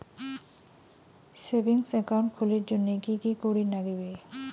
Savings account খুলির জন্যে কি কি করির নাগিবে?